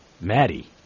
Maddie